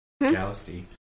Galaxy